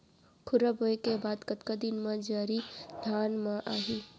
खुर्रा बोए के बाद कतका दिन म जरी धान म आही?